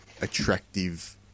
attractive